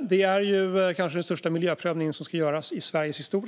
Det är kanske den största miljöprövningen som ska göras i Sveriges historia.